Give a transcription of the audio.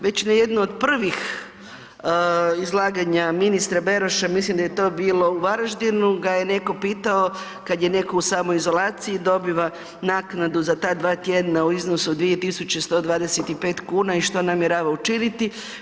Već na jednu od prvih izlaganja ministra Beroša, mislim da je to bilo u Varaždinu ga je neko pitao kada je neko u smoizolaciji dobiva naknadu za ta dva tjedna u iznosu od 2.125 kuna i što namjerava učiniti.